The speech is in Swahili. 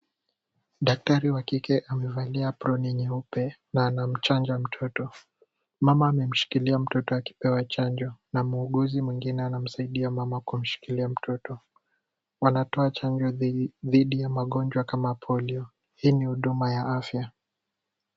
Daktari wa kike amevalia aproni nyeupe na ana mchanja mtoto. Mama amemsikilia mtoto akipewa chanjo, na muuguzi mwingine anamsaidia mama kumshikilia mtoto. Wanatoa chanjo dhidi ya magonjwa kama polio, hii ni huduma ya afya.